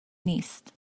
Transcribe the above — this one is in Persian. نیست